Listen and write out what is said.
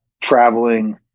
traveling